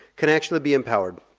can actually be empowered.